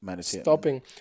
stopping